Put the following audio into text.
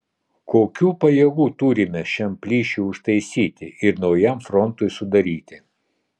kokių pajėgų turime šiam plyšiui užtaisyti ir naujam frontui sudaryti